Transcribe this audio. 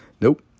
Nope